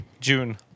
June